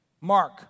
Mark